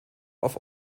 auf